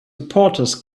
reporters